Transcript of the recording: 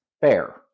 fair